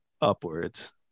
upwards